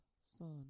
Son